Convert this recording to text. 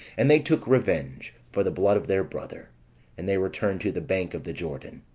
and they took revenge for the blood of their brother and they returned to the bank of the jordan.